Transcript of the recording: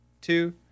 two